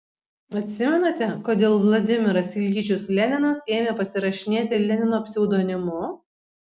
atsimenate kodėl vladimiras iljičius leninas ėmė pasirašinėti lenino pseudonimu